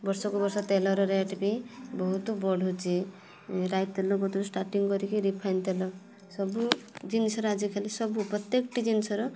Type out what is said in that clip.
ବର୍ଷ କୁ ବର୍ଷ ତେଲର ରେଟ ବି ବହୁତ ବଢ଼ୁଛି ରାଇତେଲ କତିରୁ ଷ୍ଟାଟିଙ୍ଗ୍ କରିକି ରିଫାଇନ ତେଲ ସବୁ ଜିନିଷରେ ଆଜିକାଲି ସବୁ ପ୍ରତ୍ୟେକଟି ଜିନିଷର